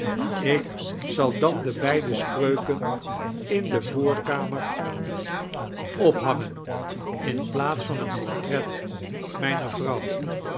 ik zal dan de beide spreuken in de voorkamer ophangen in plaats van het poxtret mijneir vrouw